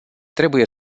trebuie